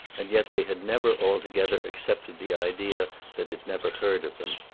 and yet they had never altogether accepted the idea that it never heard of them.